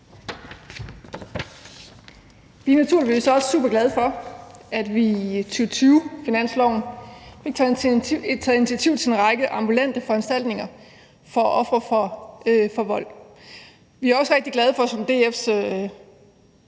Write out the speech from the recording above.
Vi er naturligvis også superglade for, at vi i 2020-finansloven har taget initiativ til en række ambulante foranstaltninger for ofre for vold. Vi er også rigtig glade for, som DF's